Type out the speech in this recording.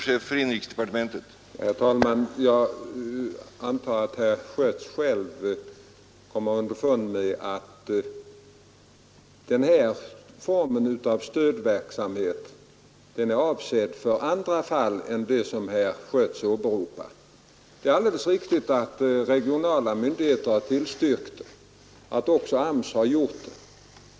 Herr talman! Jag antar att herr Schött själv kommer underfund med att den här formen av utbildningstid är avsedd för andra fall än det som herr Schött åberopar. Det är alldeles riktigt att regionala myndigheter har tillstyrkt och att även AMS har gjort det.